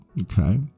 okay